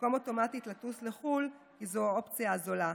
במקום אוטומטית לטוס לחו"ל כי זו האופציה הזולה.